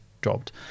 dropped